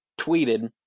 tweeted